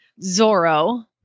Zorro